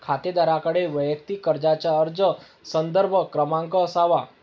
खातेदाराकडे वैयक्तिक कर्जाचा अर्ज संदर्भ क्रमांक असावा